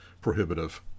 prohibitive